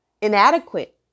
inadequate